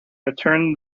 returned